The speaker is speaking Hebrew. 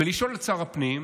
ולשאול את שר הפנים